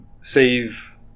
save